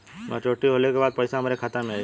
Maturity होले के बाद पैसा हमरे खाता में आई?